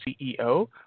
ceo